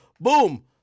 Boom